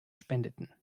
spendeten